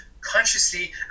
consciously